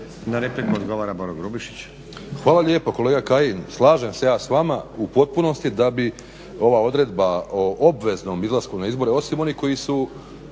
Na repliku odgovara Boro Grubišić.